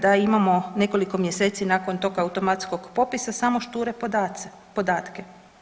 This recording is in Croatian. Da imamo nekoliko mjeseci nakon tog automatskog popisa samo šture podatke.